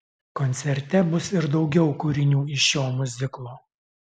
koncerte bus ir daugiau kūrinių iš šio miuziklo